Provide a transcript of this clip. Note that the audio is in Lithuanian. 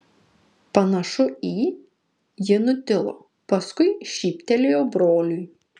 panašu į ji nutilo paskui šyptelėjo broliui